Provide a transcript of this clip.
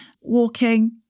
walking